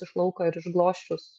iš lauko ir išglosčius